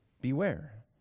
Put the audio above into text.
beware